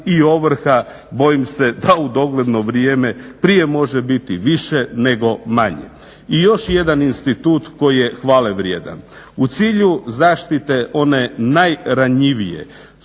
i ovrha, bojim se da u dogledno vrijeme prije može biti više nego manje. I još jedan institut koji je hvale vrijedan. U cilju zaštite one najranjivije